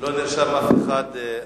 לא נרשם אף אחד,